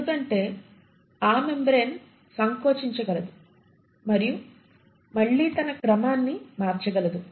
ఎందుకంటే ఆ మెంబ్రేన్ సంకోచించగలదు మరియు మళ్ళీ తన క్రమాన్ని మార్చగలదు